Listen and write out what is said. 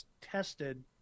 tested